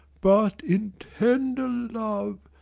but in tender love,